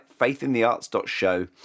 faithinthearts.show